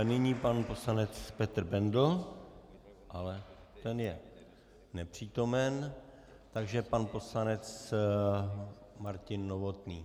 Nyní pan poslanec Petr Bendl, ale ten je nepřítomen, takže pan poslanec Martin Novotný.